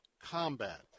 combat